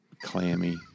clammy